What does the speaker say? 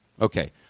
Okay